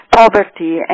poverty